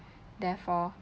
therefore